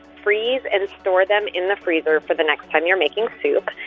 freeze and store them in the freezer for the next time you're making soup.